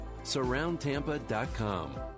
SurroundTampa.com